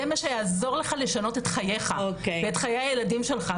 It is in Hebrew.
זה מה שיעזור לך לשנות את חייך ואת חיי הילדים שלך,